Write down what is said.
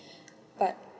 but